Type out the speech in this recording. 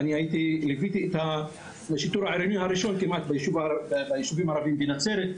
ליווינו את השיטור העירוני הראשון כמעט ביישובים הערביים בנצרת,